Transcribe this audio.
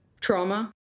trauma